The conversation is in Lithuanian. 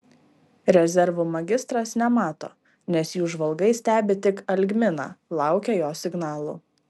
rezervų magistras nemato nes jų žvalgai stebi tik algminą laukia jo signalų